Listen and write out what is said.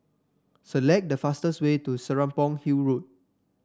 select the fastest way to Serapong Hill Road